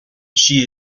she